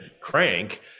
Crank